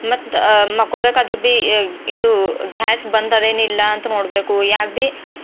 ಮತ್ತು ಮಲ್ಕೊಳ್ಬೇಕಾದ್ರೆ ಭೀ ಇದು ಘ್ಯಾಸ್ ಬಂದದ್ದೇನಿಲ್ಲ ಅಂತ ನೋಡಬೇಕು ಯಾವಾಗ್ಬೀ